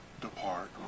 depart